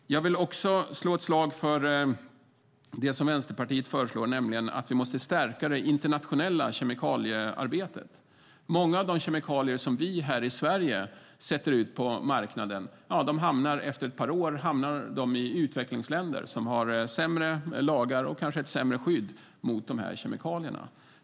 Jag vill också slå ett slag för det som Vänsterpartiet föreslår, nämligen att vi måste stärka det internationella kemikaliearbetet. Många av de kemikalier som vi i Sverige sätter ut på marknaden hamnar efter ett par år i utvecklingsländer med sämre lagar och skydd mot kemikalierna.